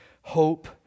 hope